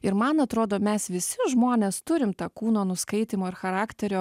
ir man atrodo mes visi žmonės turim tą kūno nuskaitymo ir charakterio